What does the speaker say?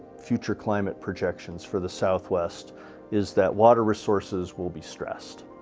future climate projections for the southwest is that water resources will be stressed.